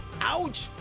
Ouch